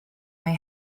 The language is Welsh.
mae